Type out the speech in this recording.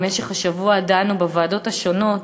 במשך השבוע דנו בוועדות השונות